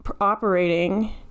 operating